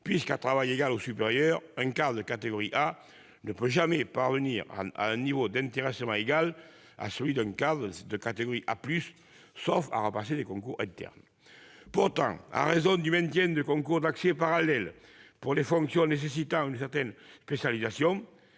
puisque, à travail égal ou supérieur, un cadre de catégorie A ne pourra jamais parvenir à un niveau d'intéressement égal à celui d'un cadre de catégorie A+, sauf à repasser des concours internes. Pourtant, en raison du maintien de concours d'accès parallèles pour des fonctions nécessitant une certaine spécialisation,